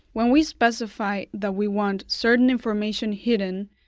when we specify that we want certain information hidden,